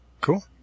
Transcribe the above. Cool